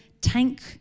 tank